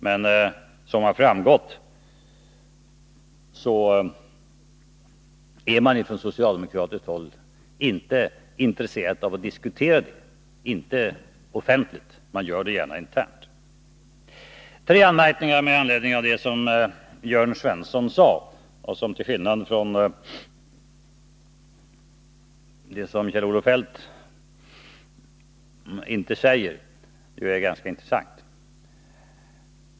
Det har framgått att man från socialdemokratiskt håll inte är intresserad av att diskutera detta — i varje fall inte offentligt, men man gör det gärna internt. Jag skulle vilja göra tre anmärkningar med anledning av det som Jörn Svensson sade och som -— till skillnad från det som Kjell-Olof Feldt inte säger — är ganska intressant.